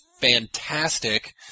fantastic